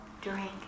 Drink